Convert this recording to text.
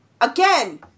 Again